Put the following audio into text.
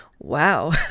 Wow